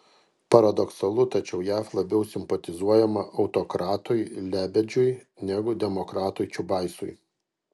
paradoksalu tačiau jav labiau simpatizuojama autokratui lebedžiui negu demokratui čiubaisui